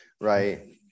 right